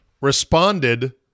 responded